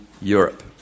Europe